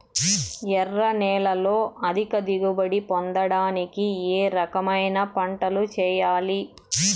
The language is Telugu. ఎర్ర నేలలో అధిక దిగుబడి పొందడానికి ఏ రకమైన పంటలు చేయాలి?